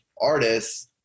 artists